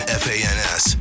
fans